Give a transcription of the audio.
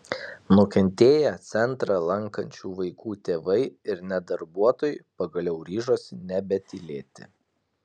nukentėję centrą lankančių vaikų tėvai ir net darbuotojai pagaliau ryžosi nebetylėti